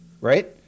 right